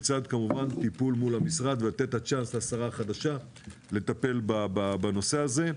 כמובן לצד טיפול מול המשרד ולתת את הצ'אנס לשרה החדשה לטפל בנושא הזה,